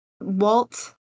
Walt